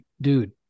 dude